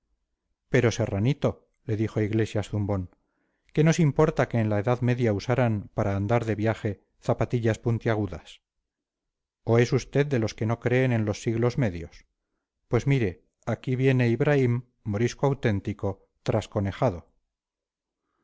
pero serranito le dijo iglesias zumbón qué nos importa que en la edad media usaran para andar de viaje zapatillas puntiagudas o es usted de los que no creen en los siglos medios pues mire aquí viene ibraim morisco auténtico